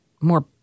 more